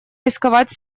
рисковать